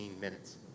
minutes